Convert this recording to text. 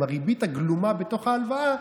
עם הריבית הגלומה בתוך ההלוואה,